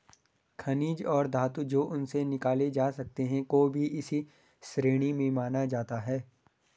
खनिज और धातु जो उनसे निकाले जा सकते हैं को भी इसी श्रेणी में माना जाता है